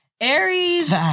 Aries